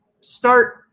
start